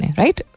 right